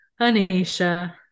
anisha